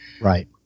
Right